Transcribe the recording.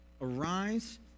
arise